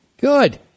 Good